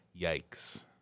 Yikes